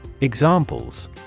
Examples